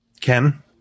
Ken